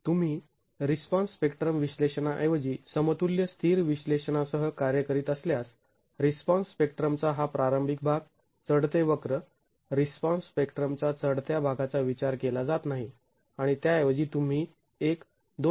तुम्ही response spectrum विश्लेषणाऐवजी समतुल्य स्थिर विश्लेषणासह कार्य करीत असल्यास रिस्पॉन्स स्पेक्ट्रमचा हा प्रारंभिक भाग चढते वक्र रिस्पॉन्स स्पेक्ट्रमचा चढत्या भागाचा विचार केला जात नाही आणि त्याऐवजी तुम्ही एक २